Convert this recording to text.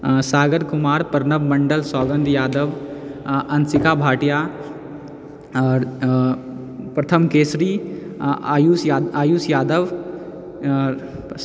सागर कुमार पर्णव मण्डल सौन्ध यादव आओर अंशिका भाटिया आओर प्रथम केशरी आयुष यादव आओर